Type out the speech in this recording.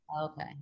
Okay